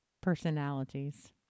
personalities